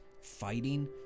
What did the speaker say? fighting